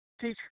teach